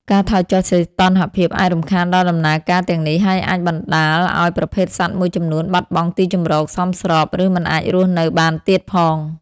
ការថយចុះសីតុណ្ហភាពអាចរំខានដល់ដំណើរការទាំងនេះ ហើយអាចបណ្តាលឱ្យប្រភេទសត្វមួយចំនួនបាត់បង់ទីជម្រកសមស្រប ឬមិនអាចរស់នៅបានទៀតផង។